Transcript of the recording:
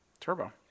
turbo